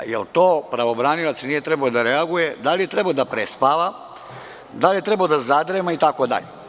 Da li pravobranilac nije trebao da reaguje, da li je trebao da prespava, da li je trebao da zadrema itd?